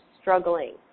struggling